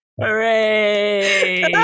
Hooray